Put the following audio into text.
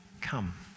come